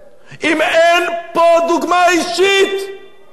אם אין פה דוגמה אישית, צודק.